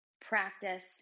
practice